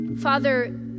Father